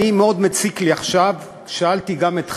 מאוד מציק לי עכשיו, שאלתי גם את חברי,